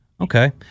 Okay